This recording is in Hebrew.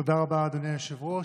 תודה רבה, אדוני היושב-ראש.